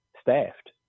staffed